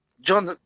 John